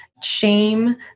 shame